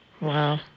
Wow